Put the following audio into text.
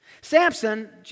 Samson